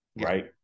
right